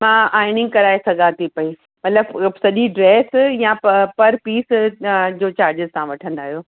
मां आइनिंग कराए सघां थी पेई मतलबु सॼी ड्रेस या प पर पीस जो चार्जिस तव्हां वठंदा आहियो